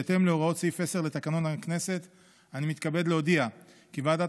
בהתאם להוראות סעיף 10 לתקנון הכנסת אני מתכבד להודיע כי ועדת